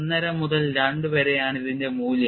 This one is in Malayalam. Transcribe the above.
5 മുതൽ 2 വരെയാണ് ഇതിന്റെ മൂല്യം